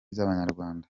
z’abanyarwanda